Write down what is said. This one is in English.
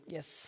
Yes